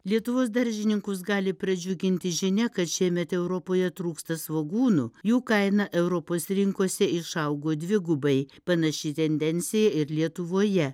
lietuvos daržininkus gali pradžiuginti žinia kad šiemet europoje trūksta svogūnų jų kaina europos rinkose išaugo dvigubai panaši tendencija ir lietuvoje